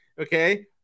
Okay